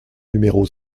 numéro